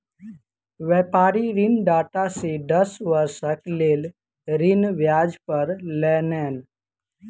व्यापारी ऋणदाता से दस वर्षक लेल ऋण ब्याज पर लेलैन